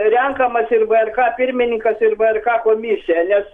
renkamas ir vrk pirmininkas ir vrk komisija nes